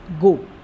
go